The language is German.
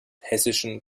hessischen